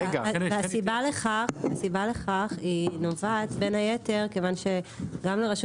רק המתודולוגיה --- הסיבה לכך נובעת בין היתר כיוון שגם לרשות